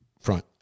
front